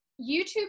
YouTube